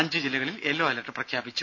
അഞ്ചു ജില്ലകളിൽ yellow alert പ്രഖ്യാപിച്ചു